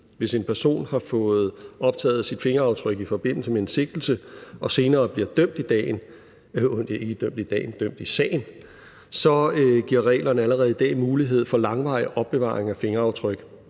Hvis en person har fået optaget sit fingeraftryk i forbindelse med en sigtelse og senere bliver dømt i sagen, giver reglerne allerede i dag mulighed for langvarig opbevaring af fingeraftryk.